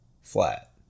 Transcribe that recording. flat